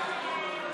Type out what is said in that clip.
סעיפים 96 102